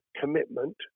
commitment